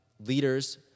Leaders